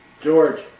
George